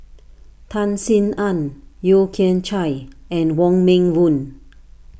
Tan Sin Aun Yeo Kian Chye and Wong Meng Voon